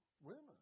women